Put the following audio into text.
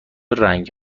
رنگ